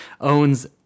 owns